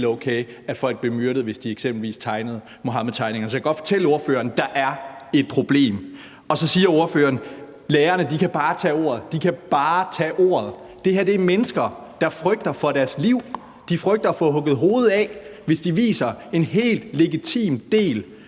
at folk blev myrdet, hvis de eksempelvis tegnede Muhammed. Så jeg kan godt fortælle ordføreren, at der er et problem. Så siger ordføreren, at lærerne bare kan tage ordet – de kan bare tage ordet. Det her er mennesker, der frygter for deres liv. De frygter at få hugget hovedet af, hvis de viser en helt legitim del